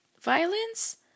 violence